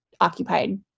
occupied